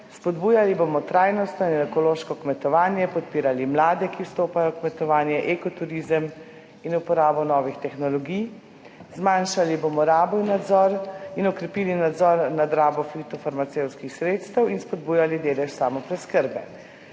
spodbujali bomo trajnostno in ekološko kmetovanje, podpirali mlade, ki vstopajo v kmetovanje, eko turizem in uporabo novih tehnologij, zmanjšali bomo rabo in nadzor in okrepili nadzor nad rabo fitofarmacevtskih sredstev in spodbujali delež samopreskrbe.